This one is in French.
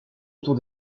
autour